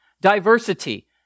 Diversity